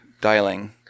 dialing